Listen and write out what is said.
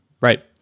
Right